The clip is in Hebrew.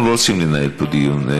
אנחנו לא רוצים לנהל פה דיון.